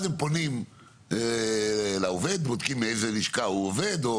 אז הם פונים לעובד, בודקים עם איזו לשכה הוא עובד.